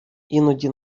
іноді